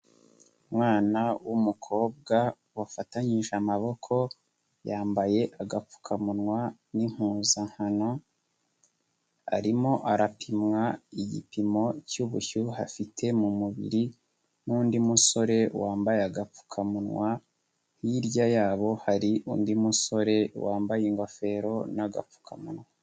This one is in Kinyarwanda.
Umwana w'umukobwa wafatanyije amaboko yambaye agapfukamunwa n'impuzankano arimo arapimwa igipimo cy'ubushyuhe afite mu mubiri n'undi musore wambaye agapfukamunwa, hirya yabo hari undi musore wambaye ingofero n'agapfukamunwa.